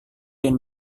dan